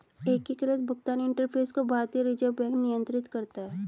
एकीकृत भुगतान इंटरफ़ेस को भारतीय रिजर्व बैंक नियंत्रित करता है